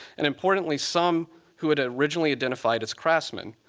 and importantly some who had originally identified as craftsman.